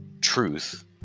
truth